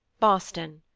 boston,